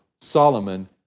Solomon